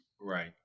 Right